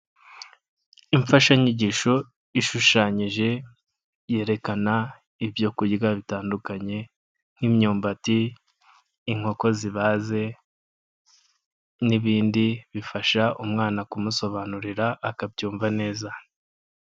Imfashanyigisho ishushanyije yerekana ibyo kurya bitandukanye nk'imyumbati, inkoko zibaze n'ibindi bifasha umwana kumusobanurira akabyumva neza.